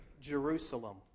Jerusalem